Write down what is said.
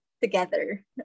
together